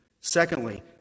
Secondly